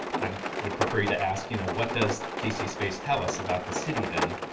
i would prefer you to ask, you know what does d c. space tell us about the city then?